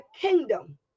kingdom